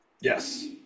Yes